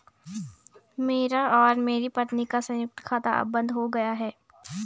मेरा और मेरी पत्नी का संयुक्त खाता अब बंद हो गया है